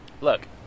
Look